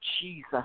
Jesus